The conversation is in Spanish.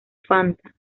fanta